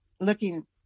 looking